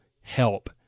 help